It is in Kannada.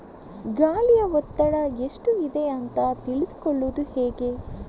ಗಾಳಿಯ ಒತ್ತಡ ಎಷ್ಟು ಇದೆ ಅಂತ ತಿಳಿದುಕೊಳ್ಳುವುದು ಹೇಗೆ?